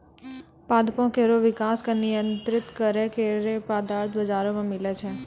पादपों केरो विकास क नियंत्रित करै केरो पदार्थ बाजारो म मिलै छै